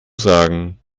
sagen